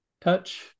touch